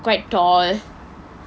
quite tall